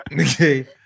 okay